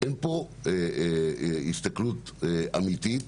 אין פה הסתכלות אמיתית